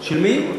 של מי?